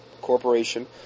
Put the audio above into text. Corporation